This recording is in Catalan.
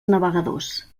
navegadors